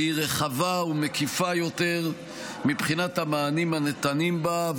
היא רחבה ומקיפה יותר מבחינת המענים הניתנים בה.